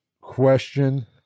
question